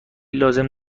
لازم